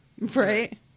Right